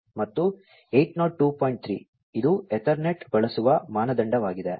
3 ಇದು ಎತರ್ನೆಟ್ ಬಳಸುವ ಮಾನದಂಡವಾಗಿದೆ